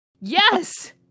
Yes